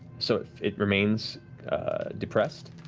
so it remains depressed.